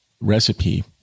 recipe